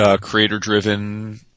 creator-driven